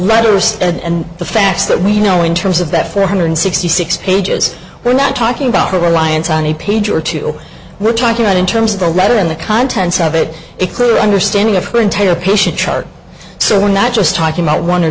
writer said and the facts that we know in terms of that four hundred and sixty six pages we're not talking about her reliance on a page or two we're talking about in terms of the letter and the contents of it a clear understanding of her entire patient's chart so we're not just talking about one or